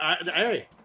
Hey